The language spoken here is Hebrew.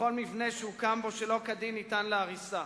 וכל מבנה שהוקם בו שלא כדין ניתן להריסה.